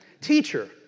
Teacher